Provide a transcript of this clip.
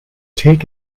take